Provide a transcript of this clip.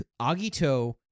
Agito